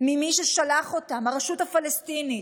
ממי ששלח אותם, הרשות הפלסטינית,